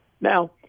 now